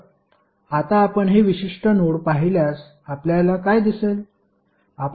तर आता आपण हे विशिष्ट नोड पाहिल्यास आपल्याला काय दिसेल